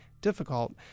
difficult